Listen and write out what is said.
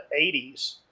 80s